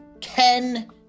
Ken